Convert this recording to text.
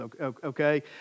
okay